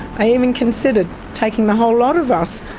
i even considered taking the whole lot of us,